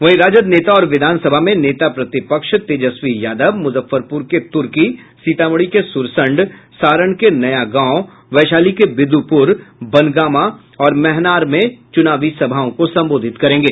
वहीं राजद नेता और विधान सभा में नेता प्रतिपक्ष तेजस्वी यादव मुजफ्फरपुर के तुर्की सीतामढ़ी के सुरसंड सारण के नयागांव वैशाली के विदुपुर बनगामा और महनार में चुनावी सभाओं को संबोधित करेंगे